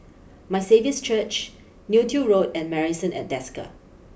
my Saviour's Church Neo Tiew Road and Marrison at Desker